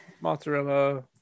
mozzarella